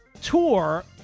tour